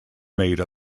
made